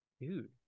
Dude